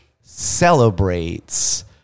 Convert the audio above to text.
celebrates